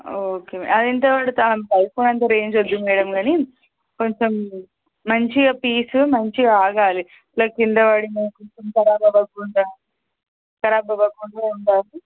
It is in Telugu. ఓకే మేడం అది ఎంత పడుతుంది ఐఫోన్ అంత రేంజ్ వద్దు మేడం కానీ కొంచెం మంచిగా పీసు మంచిగా ఆగాలి ఇట్ల క్రింద పడినా కొంచం కరాబ్ అవ్వకుండా కరాబ్ అవ్వకుండా ఉండాలి